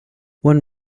one